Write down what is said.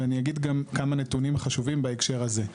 ואני אגיד גם כמה נתונים חשובים בהקשר הזה.